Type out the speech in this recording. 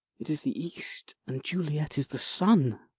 it is the east, and juliet is the sun